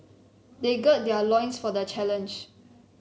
they gird their loins for the challenge